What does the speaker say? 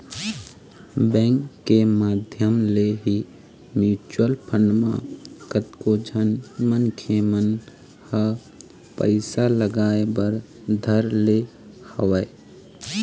bank के माधियम ले ही म्यूचुवल फंड म कतको झन मनखे मन ह पइसा लगाय बर धर ले हवय